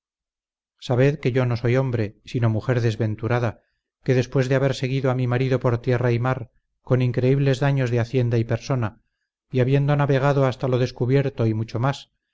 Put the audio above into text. sabed que yo no soy hombre sino mujer desventurada que después de haber seguido a mi marido por tierra y mar con increíbles daños de hacienda y persona y habiendo navegado hasta todo lo descubierto y mucho más